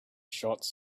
shots